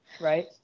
Right